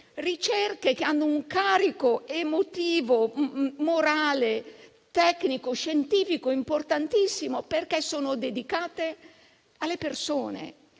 ricerche che hanno un carico emotivo, morale, tecnico, scientifico importantissimo, perché sono dedicate alle persone